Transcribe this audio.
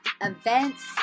events